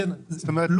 כמה ריבית מגולמת?